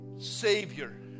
Savior